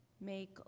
Make